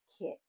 Kit